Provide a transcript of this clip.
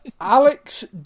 Alex